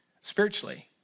spiritually